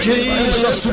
Jesus